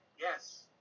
yes